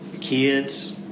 kids